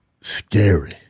scary